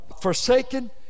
forsaken